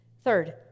Third